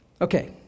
Okay